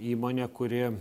įmonė kuri